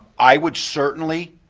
i would certainly,